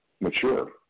mature